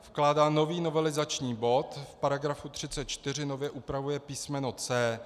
Vkládá nový novelizační bod, v § 34 nově upravuje písmeno c).